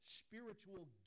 spiritual